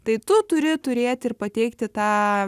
tai tu turi turėti ir pateikti tą